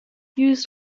used